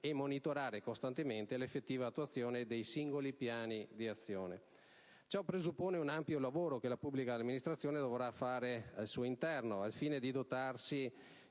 e monitorare costantemente l'effettiva attuazione dei singoli piani di azione. Ciò presuppone un ampio lavoro che la pubblica amministrazione dovrà fare al suo interno, al fine di dotarsi